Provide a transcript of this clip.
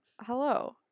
hello